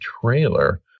trailer